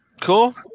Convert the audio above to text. Cool